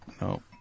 no